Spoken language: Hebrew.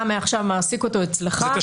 אתה מעכשיו מעסיק אותו אצלך.